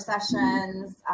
sessions